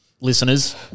listeners